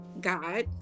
God